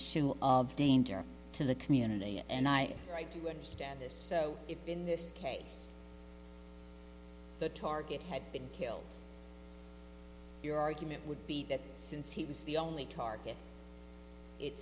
issue of danger to the community and i right you would stand this so if in this case the target had been killed your argument would be that since he was the only target it